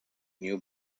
new